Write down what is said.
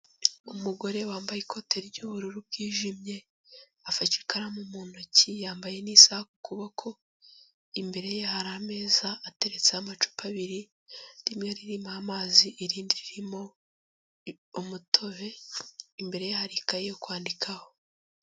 Umugore wambaye ikote ry'ubururu bwijimye, afashe ikaramu mu ntoki yambaye n'isaha ku kuboko imbere ye hari ameza ateretseho amacupa abiri rimwe ririmo amazi irindi ririmo umutobe, imbere ye hari ikaye yo kwandikaho.